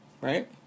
right